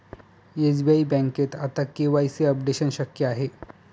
SBI बँकेत आता KYC updation शक्य आहे